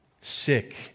sick